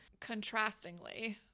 Contrastingly